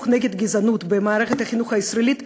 נגד גזענות במערכת החינוך הישראלית הופלה,